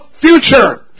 future